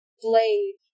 blade